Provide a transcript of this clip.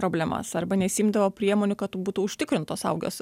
problemas arba nesiimdavo priemonių kad būtų užtikrintos saugios